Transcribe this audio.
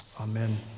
amen